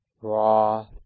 raw